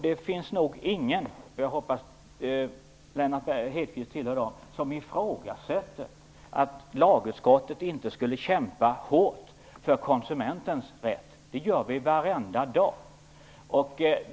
Det finns nog ingen - inte heller Lennart Hedquist, hoppas jag - som vill göra gällande att lagutskottet inte skulle kämpa hårt för konsumentens rätt. Det gör vi varenda dag.